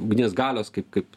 ugnies galios kaip kaip